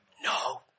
No